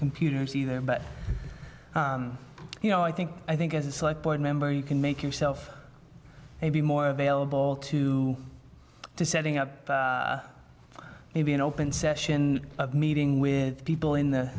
computers either but you know i think i think it's like board member you can make yourself be more available to setting up maybe an open session meeting with people in the